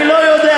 אני לא יודע,